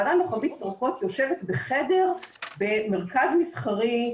ועדה מרחבית שורקות יושבת בחדר במרכז מסחרי,